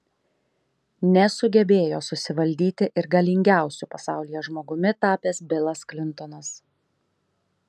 nesugebėjo susivaldyti ir galingiausiu pasaulyje žmogumi tapęs bilas klintonas